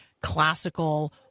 classical